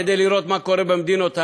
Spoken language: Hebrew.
כדי לראות מה קורה במדינות,